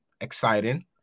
exciting